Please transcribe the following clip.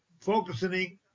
focusing